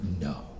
No